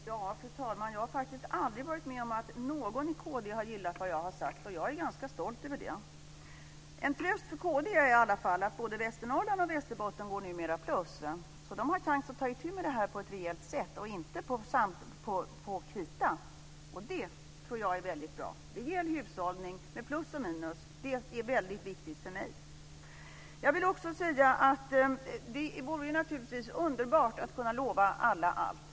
Fru talman! Jag har faktiskt aldrig varit med om att någon i kd har gillat vad jag har sagt, och jag är ganska stolt över det. En tröst för kd är i alla fall att både Västernorrland och Västerbotten numera går plus. Så de har chansen att ta itu med det här på ett rejält sätt och inte på krita. Det tror jag är väldigt bra. En rejäl hushållning med plus och minus är väldigt viktigt för mig. Jag vill också säga att det naturligtvis vore underbart att kunna lova alla allt.